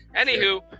Anywho